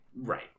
Right